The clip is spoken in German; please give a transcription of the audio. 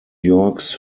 yorks